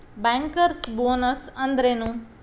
Bankers bonus ಅಂದ್ರೇನು?